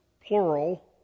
plural